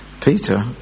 Peter